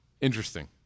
interesting